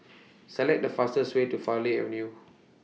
Select The fastest Way to Farleigh Avenue